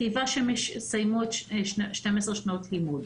חייבה שהם יסיימו שנות 12 שנות לימוד.